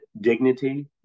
Dignity